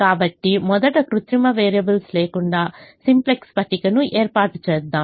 కాబట్టి మొదట కృత్రిమ వేరియబుల్స్ లేకుండా సింప్లెక్స్ పట్టికను ఏర్పాటు చేద్దాం